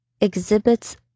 exhibits